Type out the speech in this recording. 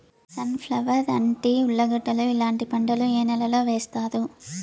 Sun flower, అంటి, ఉర్లగడ్డలు ఇలాంటి పంటలు ఏ నెలలో వేస్తారు?